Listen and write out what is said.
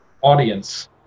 audience